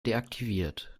deaktiviert